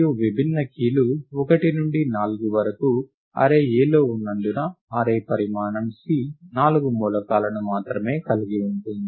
మరియు విభిన్న కీ లు 1 నుండి 4 వరకు అర్రే Aలో ఉన్నందున అర్రే పరిమాణం C నాలుగు మూలకాలను మాత్రమే కలిగి ఉంటుంది